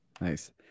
nice